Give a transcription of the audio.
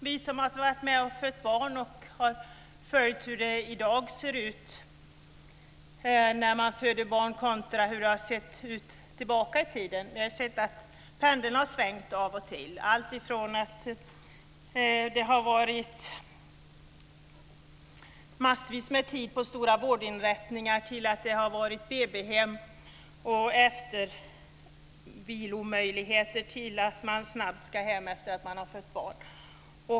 Vi som har fött barn och kan jämföra hur det ser ut när man föder barn i dag jämfört med tillbaka i tiden kan se att pendeln har svängt av och till - från massvis med tid på stora vårdinrättningar, till BB hem och eftervilomöjligheter och därefter till att man snabbt ska hem sedan man fött barn.